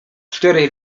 cztery